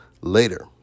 later